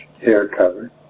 hair-covered